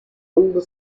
older